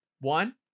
one